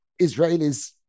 Israelis